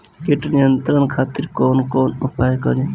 कीट नियंत्रण खातिर कवन कवन उपाय करी?